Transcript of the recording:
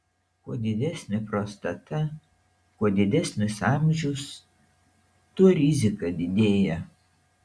kuo didesnė prostata kuo didesnis amžius tuo rizika didėja